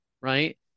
right